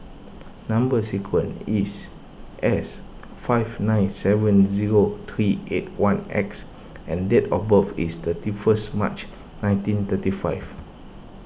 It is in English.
Number Sequence is S five nine seven zero three eight one X and date of birth is thirty first March nineteen thirty five